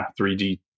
3D